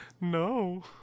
No